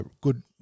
good